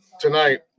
tonight